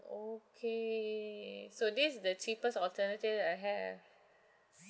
okay so this is the cheapest alternative that I have